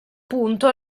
punto